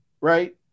Right